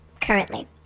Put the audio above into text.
currently